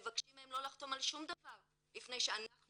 מבקשים מהם לא לחתום על שום דבר לפני שאנחנו